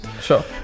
Sure